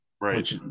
Right